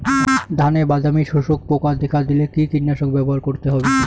ধানে বাদামি শোষক পোকা দেখা দিলে কি কীটনাশক ব্যবহার করতে হবে?